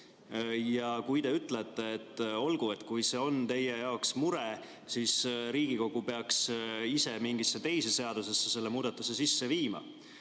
Ja kui te ütlete, et olgu, kui see on teie jaoks mure, siis Riigikogu peaks ise mingisse teise seadusesse selle muudatuse sisse viima.